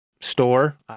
store